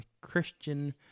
Christian